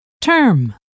term